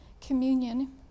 Communion